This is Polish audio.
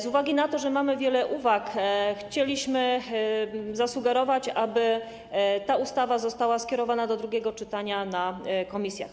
Z uwagi na to, że mamy wiele uwag, chcieliśmy zasugerować, aby ta ustawa została skierowana do drugiego czytania w komisjach.